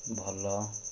ଭଲ